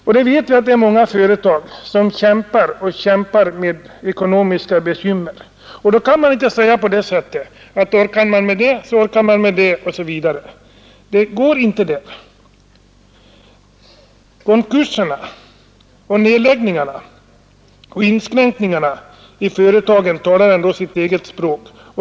Vi vet att många företag kämpar med ekonomiska bekymmer. Då kan man inte säga att orkar man med det, så orkar man med det osv. Det går inte. Konkurserna, nedläggningarna och inskränkningarna i företagen talar ändå sitt eget språk.